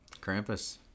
Krampus